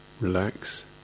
relax